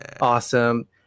Awesome